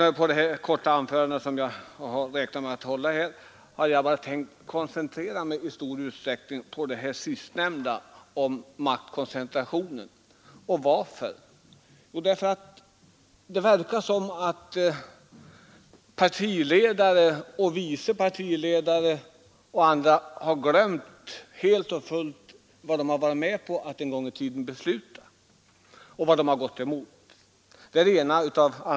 I det korta anförande som jag ämnar hålla har jag tänkt koncentrera mig på frågan om maktkoncentrationen. Varför? Ja, den ena anledningen är att det verkar som om partiledare, vice partiledare och andra helt och hållet har glömt vad de en gång i tiden varit med om att besluta och vad de har gått emot.